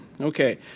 Okay